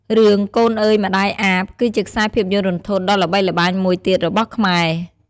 រឿង កូនអើយម្តាយអាប គឺជាខ្សែភាពយន្តរន្ធត់ដ៏ល្បីល្បាញមួយទៀតរបស់ខ្មែរ។